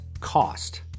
cost